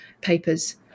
papers